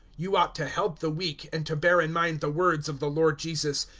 you ought to help the weak, and to bear in mind the words of the lord jesus,